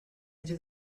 into